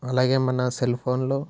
అలాగే మన సెల్ఫోన్లో